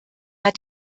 hat